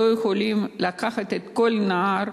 לא יכולים לקחת כל נער,